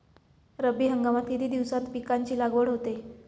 रब्बी हंगामात किती दिवसांत पिकांची लागवड होते?